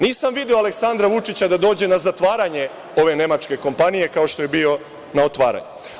Nisam video Aleksandra Vučića da dođe na zatvaranje ove nemačke kompanije, kao što je bio na otvaranju.